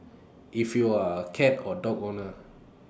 if you are A cat or dog owner